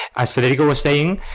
as federico was saying,